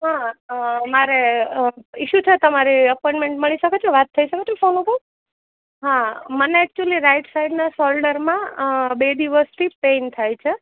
હા મારે ઇસ્યુ છે તમારી અપોઇન્ટમેન્ટ મળી શકે છે વાત થઈ શકે છે ફોન ઉપર હા મને એકચ્યુલી રાઇટ સાઇડના શોલ્ડરમાં બે દિવસથી પેઇન થાય છે